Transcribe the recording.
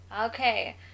okay